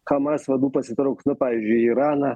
hamas vadų pasitrauks nu pavyzdžiui iraną